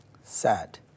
sad